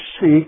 seek